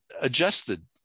adjusted